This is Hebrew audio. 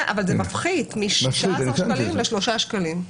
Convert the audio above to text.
כן, אבל זה מפחית מ-16 שקלים לשלושה שקלים.